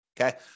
Okay